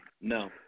no